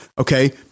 Okay